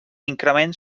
increment